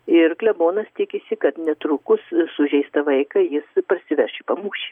ir klebonas tikisi kad netrukus sužeistą vaiką jis parsiveš į pamūšį